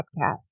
podcast